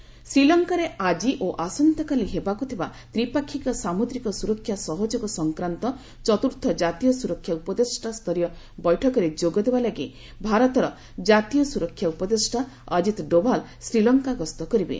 ଅକିତ୍ ଡୋଭାଲ୍ ଶ୍ରୀଲଙ୍କାରେ ଆଜି ଓ ଆସନ୍ତାକାଲି ହେବାକୁ ଥିବା ତ୍ରିପାକ୍ଷିକ ସାମୁଦ୍ରିକ ସୁରରକ୍ଷା ସହଯୋଗ ସଂକ୍ରାନ୍ତ ଚତୁର୍ଥ କାତୀୟ ସୁରକ୍ଷା ଉପଦେଷ୍ଟାସ୍ତରୀୟ ବୈଠକରେ ଯୋଗ ଦେବା ଲାଗି ଭାରତରର ଜାତୀୟ ସ୍ୱରକ୍ଷା ଉପଦେଷ୍ଟା ଅଜିତ୍ ଡୋଭାଲ୍ ଶ୍ରୀଲଙ୍କା ଗସ୍ତ କରିବେ